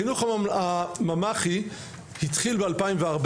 החינוך הממ"חי התחיל ב-2014.